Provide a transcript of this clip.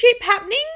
happening